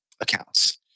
accounts